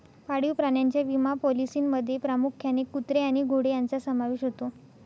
पाळीव प्राण्यांच्या विमा पॉलिसींमध्ये प्रामुख्याने कुत्रे आणि घोडे यांचा समावेश होतो